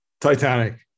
Titanic